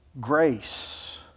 grace